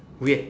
weird